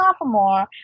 sophomore